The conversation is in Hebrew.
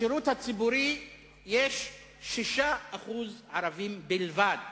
בשירות הציבורי יש 6% ערבים בלבד.